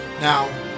Now